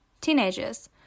teenagers